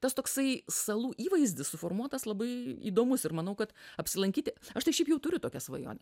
tas toksai salų įvaizdis suformuotas labai įdomus ir manau kad apsilankyti aš tai šiaip jau turiu tokią svajonę